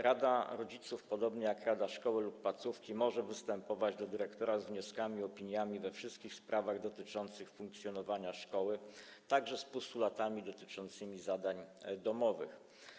Rada rodziców, podobnie jak rada szkoły lub placówki może występować do dyrektora z wnioskami i opiniami we wszystkich sprawach dotyczących funkcjonowania szkoły, także z postulatami co do zadań domowych.